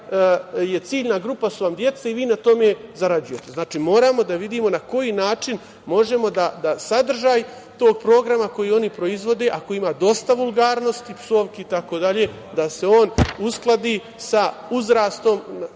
je, ciljna grupa su vam deca i vi na tome zarađujete. Znači, moramo da vidimo na koji način možemo da sadržaj tog programa koji oni proizvode ako ima dosta vulgarnosti, psovki itd, da se on uskladi sa uzrastom